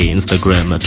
Instagram